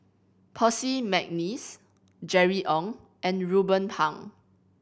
Percy McNeice Jerry Ng and Ruben Pang